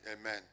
amen